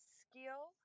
skill